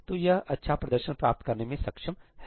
तो यह अच्छा प्रदर्शन प्राप्त करने में सक्षम है